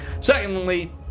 Secondly